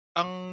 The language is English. ang